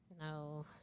No